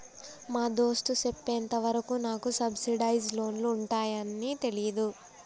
మా దోస్త్ సెప్పెంత వరకు నాకు సబ్సిడైజ్ లోన్లు ఉంటాయాన్ని తెలీదు